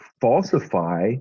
falsify